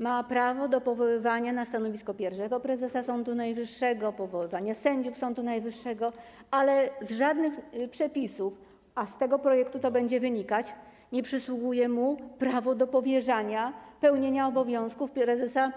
Ma prawo do powoływania na stanowisko pierwszego prezesa Sądu Najwyższego, do powoływania sędziów Sądu Najwyższego, ale z żadnych przepisów nie wynika - a z tego projektu to będzie wynikać - że przysługuje mu prawo do powierzania pełnienia obowiązków prezesa